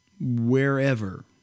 wherever